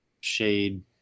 shade